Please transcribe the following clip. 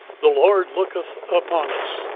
the lord looketh upon us,